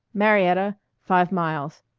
marietta five miles.